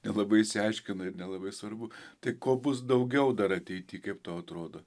nelabai išsiaiškina ir nelabai svarbu tai ko bus daugiau dar ateity kaip tau atrodo